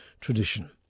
tradition